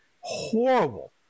horrible